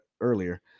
earlier